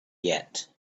yet